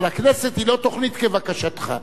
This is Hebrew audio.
אבל הכנסת היא לא תוכנית כבקשתך,